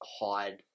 hide